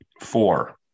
Four